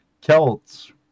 Celts